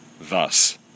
thus